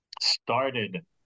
started